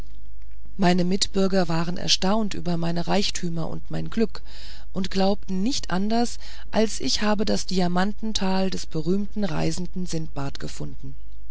meine mitbürger waren erstaunt über meine reichtümer und mein glück und glaubten nicht anders als ich habe das diamantental des berühmten reisenden sindbad gefunden